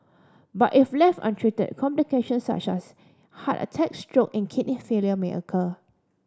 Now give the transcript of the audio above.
but if left untreated complication such as heart attacks stroke and kidney failure may occur